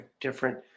different